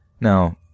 Now